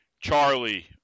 Charlie